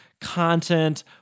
content